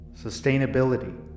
sustainability